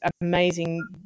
amazing